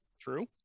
True